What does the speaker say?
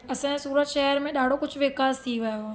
असांजे सूरत शहर में ॾाढो कुझु विकास थी वियो आहे